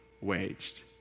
waged